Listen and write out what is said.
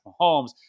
Mahomes